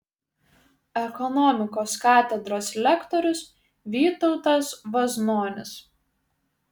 ekonomikos katedros lektorius vytautas vaznonis